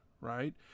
right